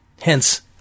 Hence